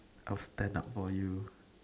I will stand up for you